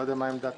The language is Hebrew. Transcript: לא יודע מה עמדת